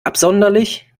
absonderlich